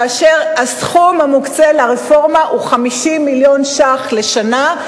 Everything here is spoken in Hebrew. כאשר הסכום המוקצה לרפורמה הוא 50 מיליון ש"ח לשנה,